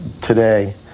Today